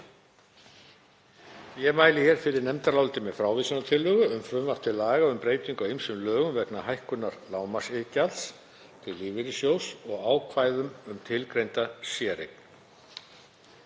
Ég mæli fyrir nefndaráliti með frávísunartillögu um frumvarp til laga um breytingu á ýmsum lögum vegna hækkunar lágmarksiðgjalds til lífeyrissjóðs og ákvæðum um tilgreinda séreign.